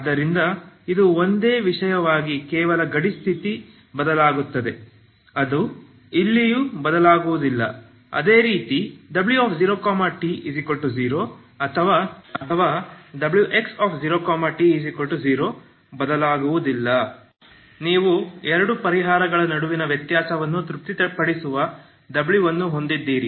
ಆದ್ದರಿಂದ ಇದು ಒಂದೇ ವಿಷಯವಾಗಿದೆ ಕೇವಲ ಗಡಿ ಸ್ಥಿತಿ ಬದಲಾಗುತ್ತದೆ ಅದು ಇಲ್ಲಿಯೂ ಬದಲಾಗುವುದಿಲ್ಲ ಅದೇ ರೀತಿ w0t0 ಅಥವಾ wx0t0 ಬದಲಾಗುವುದಿಲ್ಲ ನೀವು ಎರಡು ಪರಿಹಾರಗಳ ನಡುವಿನ ವ್ಯತ್ಯಾಸವನ್ನು ತೃಪ್ತಿಪಡಿಸುವ w ಅನ್ನು ಹೊಂದಿದ್ದೀರಿ